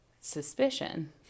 suspicion